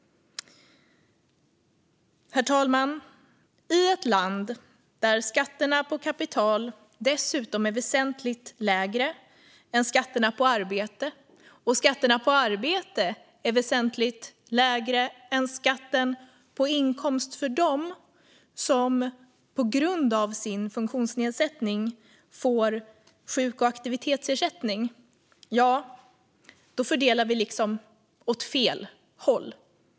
Herr talman! Vi bor i ett land där skatterna på kapital dessutom är väsentligt lägre än skatterna på arbete, och skatterna på arbete är väsentligt lägre än skatten på inkomst för dem som på grund av sin funktionsnedsättning får sjuk och aktivitetsersättning. Vi fördelar åt fel håll.